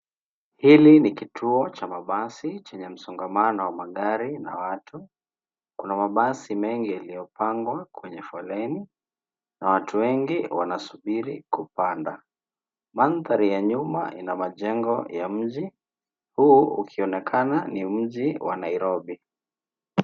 Hili ni kituo cha mabasi chenye msongamano wa magari na watu. Kuna mabasi mengi yaliyopangwa kwenye foleni na watu wengi wanasubiri kupanda. Mandhari ya nyuma ina majengo ya mji. Huu ukionekana ni mji wa Nairobi.